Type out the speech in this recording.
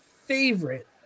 favorite